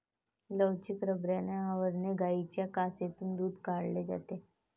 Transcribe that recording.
लवचिक रबराच्या आवरणाने गायींच्या कासेतून दूध काढले जाते